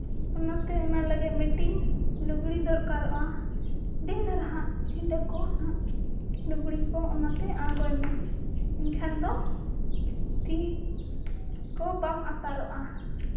ᱚᱱᱟᱛᱮ ᱚᱱᱟ ᱞᱟᱹᱜᱤᱫ ᱢᱤᱫᱴᱤᱱ ᱞᱩᱜᱽᱲᱤ ᱫᱚᱨᱠᱟᱨᱚᱜᱼᱟ ᱦᱩᱰᱤᱧ ᱫᱷᱟᱨᱟ ᱦᱟᱸᱜ ᱪᱷᱤᱰᱟᱹ ᱠᱚ ᱦᱟᱸᱜ ᱞᱩᱜᱽᱲᱤ ᱠᱚ ᱚᱱᱟᱛᱮ ᱟᱬᱜᱚᱭ ᱢᱮ ᱮᱱᱠᱷᱟᱱ ᱫᱚ ᱛᱤ ᱠᱚ ᱵᱟᱢ ᱟᱛᱟᱨᱚᱜᱼᱟ